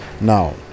now